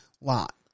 lot